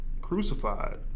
crucified